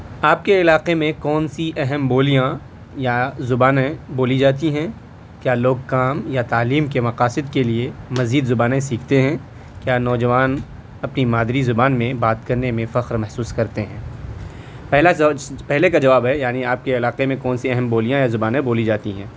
آپ کے علاقے میں کون سی اہم بولیاں یا زبانیں بولی جاتی ہیں کیا لوگ کام یا تعلیم کے مقاصد کے لیے مزید زبانیں سیکھتے ہیں کیا نوجوان اپنی مادری زبان میں بات کرنے میں فخر محسوس کرتے ہیں پہلا پہلے کا جواب ہے یعنی آپ کے علاقے میں کون سی اہم بولیاں یا زبانیں بولی جاتی ہیں